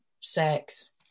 sex